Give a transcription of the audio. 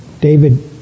David